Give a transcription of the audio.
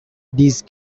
these